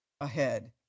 ahead